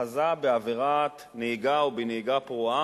חזה בעבירת נהיגה או בנהיגה פרועה,